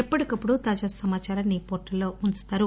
ఎప్పటికప్పుడు తాజా సమాచారాన్ని ఈ పోర్టల్ లో వుంచుతారు